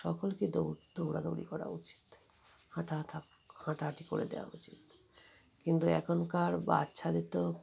সকলকে দৌড় দৌড়াদৌড়ি করা উচিত হাঁটা হাঁটাহাঁটি করে দেওয়া উচিত কিন্তু এখনকার বাচ্চাদের তো